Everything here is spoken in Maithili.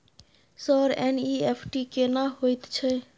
सर एन.ई.एफ.टी केना होयत छै?